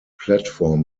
platform